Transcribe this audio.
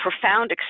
profound